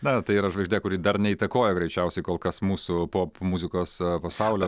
na tai yra žvaigždė kuri dar neįtakoja greičiausiai kol kas mūsų popmuzikos pasaulio